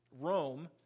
Rome